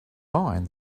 mind